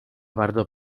bardzo